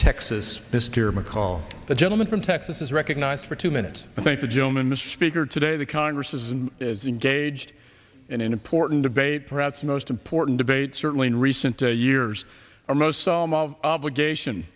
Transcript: texas mr mccaul the gentleman from texas is recognized for two minutes i thank the gentleman mr speaker today the congress is and is engaged in an important debate perhaps the most important debate certainly in recent years our most solemn of obligation